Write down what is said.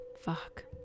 Fuck